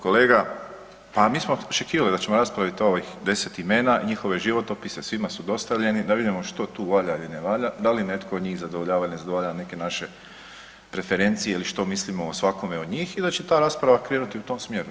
Kolega, pa mi smo očekivali da ćemo raspravit ovih 10 imena, njihove životopise, svima su dostavljeni, da vidimo što tu valja ili ne valja, da li netko od njih zadovoljava ili ne zadovoljava neke naše preferencije ili što mislimo o svakome od njih i da će ta rasprava krenuti u tom smjeru.